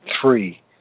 Three